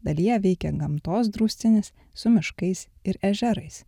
dalyje veikia gamtos draustinis su miškais ir ežerais